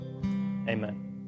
Amen